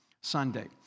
Sunday